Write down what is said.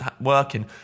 working